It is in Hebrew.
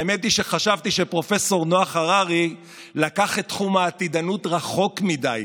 האמת היא שחשבתי שפרופ' נח הררי לקח את תחום העתידנות רחוק מדי,